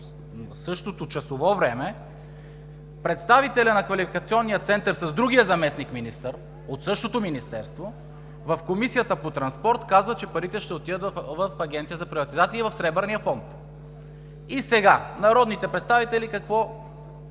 същото часово време, представителят на Квалификационния център с другия заместник-министър от същото министерство в Комисията по транспорт казва, че парите ще отидат в Агенцията за приватизация и в Сребърния фонд. И сега народните представители, и